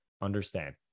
understand